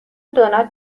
دونات